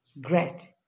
great